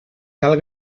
cal